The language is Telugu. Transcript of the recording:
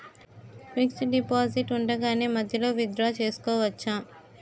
ఫిక్సడ్ డెపోసిట్ ఉండగానే మధ్యలో విత్ డ్రా చేసుకోవచ్చా?